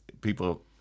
people